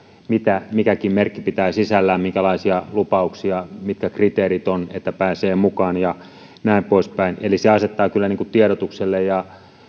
mitä mikäkin merkki pitää sisällään minkälaisia lupauksia mitkä kriteerit ovat että pääsee mukaan ja näin poispäin eli se asettaa kyllä tiedotukselle ja